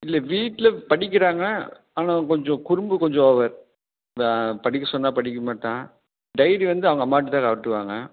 இல்லை வீட்டில படிக்கிறாங்க ஆனால் கொஞ்சம் குறும்பு கொஞ்சம் படிக்கச் சொன்னால் படிக்க மாட்டான் டைரி வந்து அவங்க அம்மாகிட்ட தான் காட்டுவாங்க